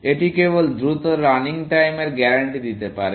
এটি কেবল দ্রুত রানিং টাইম এর গ্যারান্টি দিতে পারে